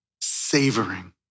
savoring